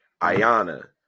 ayana